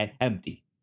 empty